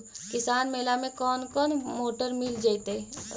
किसान मेला में कोन कोन मोटर मिल जैतै?